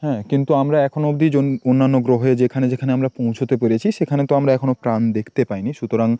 হ্যাঁ কিন্তু আমরা এখনও অবধি অন্যান্য গ্রহে যেখানে যেখানে আমরা পৌঁছাতে পেরেছি সেখানে তো আমরা এখনও প্রাণ দেখতে পাইনি সুতরাং